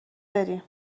بریم